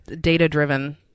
data-driven